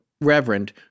reverend